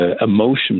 emotion